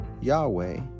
Yahweh